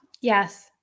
Yes